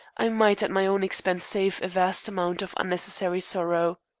i might, at my own expense, save a vast amount of unnecessary sorrow.